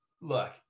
look